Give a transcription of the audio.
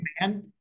man